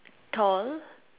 tall